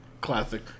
Classic